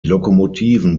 lokomotiven